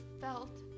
felt